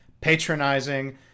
patronizing